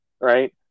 Right